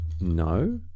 No